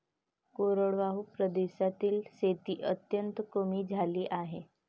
कोरडवाहू प्रदेशातील शेती अत्यंत कमी झाली आहे